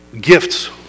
gifts